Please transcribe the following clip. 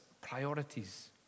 priorities